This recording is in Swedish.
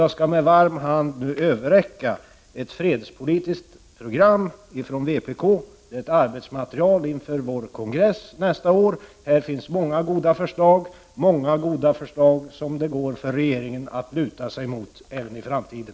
Jag skall med varm hand överräcka ett fredspolitiskt program från vpk, ett arbetsmaterial inför vår kongress nästa år. I det finns många goda förslag som regeringen kan luta sig mot även i framtiden.